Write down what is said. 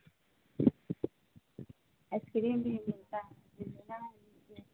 अइस cream भी मिलता है जो लेना है लीजिए